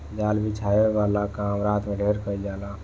जाल बिछावे वाला काम रात में ढेर कईल जाला